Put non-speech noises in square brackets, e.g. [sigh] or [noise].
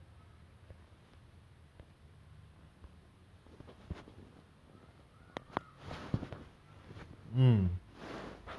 actually ya probably for the wellness of my family [noise] I want my family to be always with good health and good wealth everyone must be like